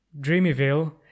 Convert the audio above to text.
dreamyville